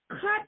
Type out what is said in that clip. cut